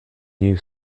new